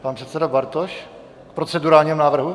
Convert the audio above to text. Pan předseda Bartoš s procedurálním návrhem?